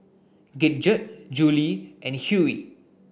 Gidget Julie and Hughey